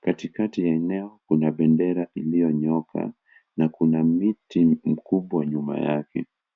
Katikati ya eneo, kuna bendera iliyonyooka na kuna miti mkubwa nyuma yake.